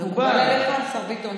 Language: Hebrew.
מקובל עליך, השר ביטון?